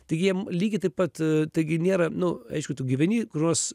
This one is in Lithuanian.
taigi jiem lygiai taip pat taigi nėra nu aišku tu gyveni kur nors